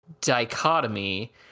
dichotomy